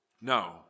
No